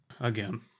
Again